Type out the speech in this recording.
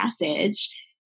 message